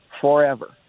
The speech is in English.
forever